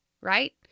right